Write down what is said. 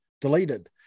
deleted